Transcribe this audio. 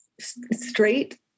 straight